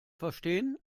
verstehen